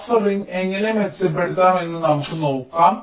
buffering എങ്ങനെ മെച്ചപ്പെടുത്താം എന്ന് നമുക്ക് നോക്കാം